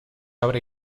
abre